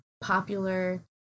popular